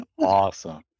awesome